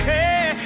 Hey